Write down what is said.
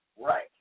right